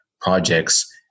projects